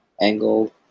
angle